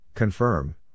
Confirm